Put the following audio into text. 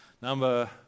Number